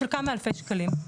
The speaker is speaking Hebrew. של כמה אלפי שקלים,